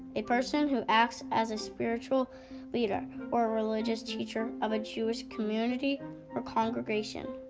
a person who acts as a spiritual leader or a religious teacher of a jewish community or congregation.